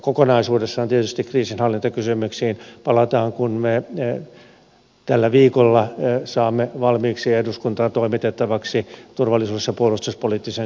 kokonaisuudessaan tietysti kriisinhallintakysymyksiin palataan kun me tällä viikolla saamme valmiiksi eduskuntaan toimitettavaksi turvallisuus ja puolustuspoliittisen selonteon